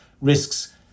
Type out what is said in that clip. risks